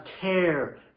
care